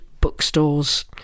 bookstores